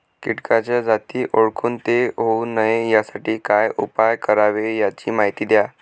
किटकाच्या जाती ओळखून ते होऊ नये यासाठी काय उपाय करावे याची माहिती द्या